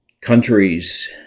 countries